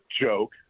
joke